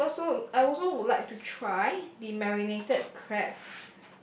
well also I also would like to try the marinated crabs